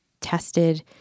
tested